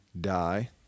die